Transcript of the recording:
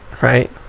right